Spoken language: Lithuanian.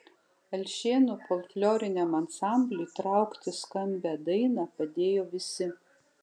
alšėnų folkloriniam ansambliui traukti skambią dainą padėjo visi